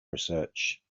research